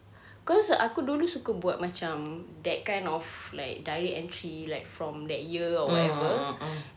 cause aku dulu suka buat macam that kind of like diary entry like from that year or whatever